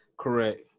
correct